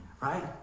Right